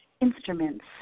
instruments